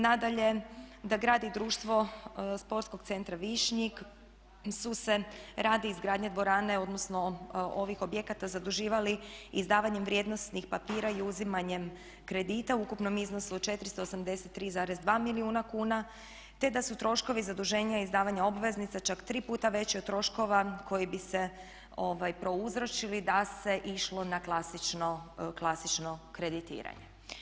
Nadalje, da grad i društvo Sportskog centra Višnjik su se radi izgradnje dvorane, odnosno ovih objekata zaduživali izdavanjem vrijednosnih papira i uzimanjem kredita u ukupnom iznosu od 483,2 milijuna kuna te da su troškovi zaduženja i izdavanja obveznica čak tri puta veći od troškova koji bi se prouzročili da se išlo na klasično kreditiranje.